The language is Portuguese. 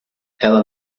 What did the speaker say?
ela